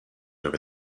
over